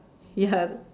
ya